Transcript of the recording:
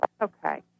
Okay